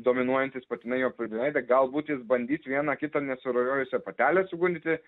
dominuojantys patinai jo prileidę galbūt jis bandys vieną kitą nesurujojusią patelę suguldyti